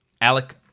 Alec